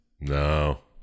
No